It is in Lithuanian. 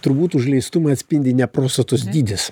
turbūt užleistumą atspindi ne prostatos dydis